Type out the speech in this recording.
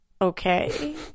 Okay